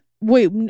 Wait